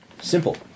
Simple